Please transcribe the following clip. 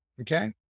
okay